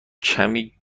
کمی